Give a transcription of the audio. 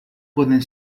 pueden